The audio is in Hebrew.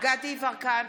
גדי יברקן,